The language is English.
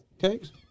Cakes